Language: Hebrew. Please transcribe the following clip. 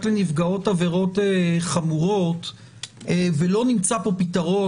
לנפגעות עבירות חמורות ולא נמצא פה פתרון,